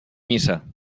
misa